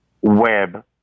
web